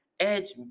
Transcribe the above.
Edge